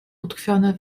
utkwione